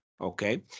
okay